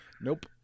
Nope